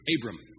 Abram